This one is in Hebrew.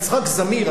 יצחק זמיר.